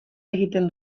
egiten